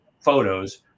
photos